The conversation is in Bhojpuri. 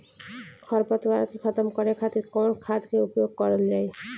खर पतवार के खतम करे खातिर कवन खाद के उपयोग करल जाई?